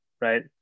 right